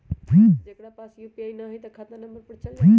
जेकरा पास यू.पी.आई न है त खाता नं पर चल जाह ई?